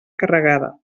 carregada